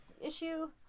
issue